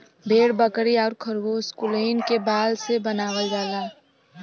भेड़ बकरी आउर खरगोस कुलहीन क बाल से बनावल जाला